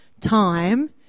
time